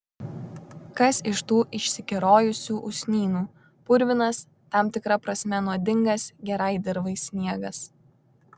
kas iš tų išsikerojusių usnynų purvinas tam tikra prasme nuodingas gerai dirvai sniegas